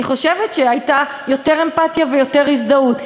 אני חושבת שהייתה יותר אמפתיה ויותר הזדהות.